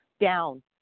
down